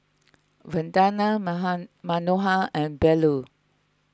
Vandana Manohar and Bellur